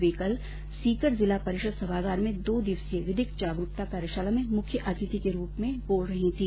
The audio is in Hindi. वे कल बुधवार को सीकर जिला परिषद सभागार में दो दिवसीय विधिक जागरूकता कार्यशाला में मुख्य अतिथि के रूप में बोल रही थी